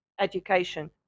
education